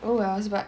oh wells but